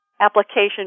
application